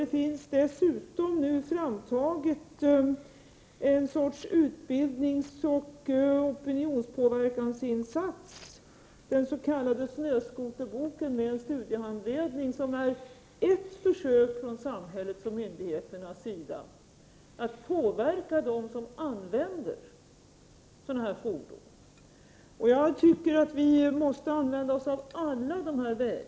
Nu finns dessutom framtaget en sorts utbildningsoch opinionspåverkanspaket, den s.k. snöskoterboken med en studiehandledning. Det är ett försök från samhällets och myndigheternas sida att påverka dem som använder sådana här fordon. Vi måste använda oss av alla dessa vägar.